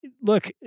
look